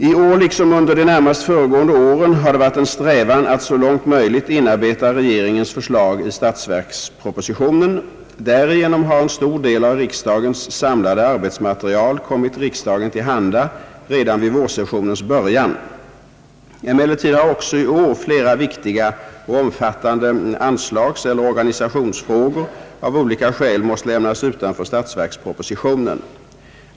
I år liksom under de närmast föregående åren har det varit en strävan att så långt möjligt inarbeta regeringens förslag i statsverkspropositionen. Därigenom har en stor del av riksdagens samlade arbetsmaterial kommit riksdagen till handa redan vid vårsessionens början. Emellertid har också i år flera viktiga och omfattande anslagseller organisationsfrågor av olika skäl måst lämnas utanför statsverkspropositionen.